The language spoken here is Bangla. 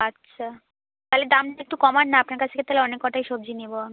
আচ্ছা তাহলে দামটা একটু কমান না আপনার কাছ থেকে তাহলে অনেক কটাই সবজি নেবো আমি